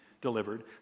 delivered